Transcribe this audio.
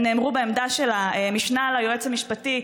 הם נאמרו בעמדה של המשנה ליועץ המשפטי,